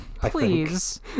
Please